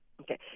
Okay